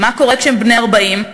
ומה קורה כשהם בני 40?